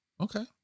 Okay